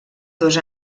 dos